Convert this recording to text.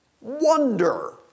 wonder